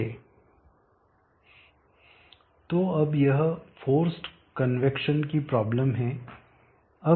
तो अब यह फोर्सड कन्वैक्शन की प्रॉब्लम है